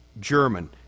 German